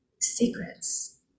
secrets